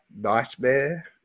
nightmare